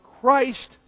Christ